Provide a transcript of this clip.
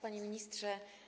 Panie Ministrze!